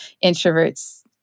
introvert's